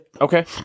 okay